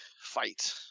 fight